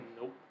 Nope